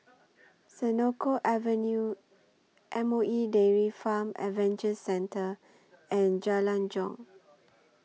Senoko Avenue M O E Dairy Farm Adventure Centre and Jalan Jong